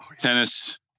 tennis